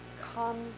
Come